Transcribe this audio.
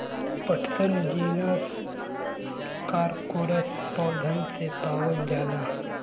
पटसन genus Corchorus पौधन से पावल जाला